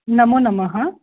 नमो नमः